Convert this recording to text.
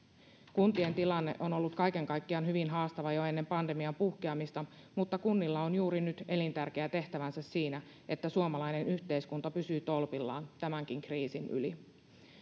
kuntien tilanne on ollut kaiken kaikkiaan hyvin haastava jo ennen pandemian puhkeamista mutta kunnilla on juuri nyt elintärkeä tehtävänsä siinä että suomalainen yhteiskunta pysyy tolpillaan tämänkin kriisin yli